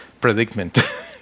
predicament